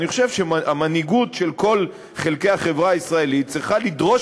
אני חושב שהמנהיגות של כל חלקי החברה הישראלית צריכה לדרוש